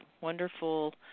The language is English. wonderful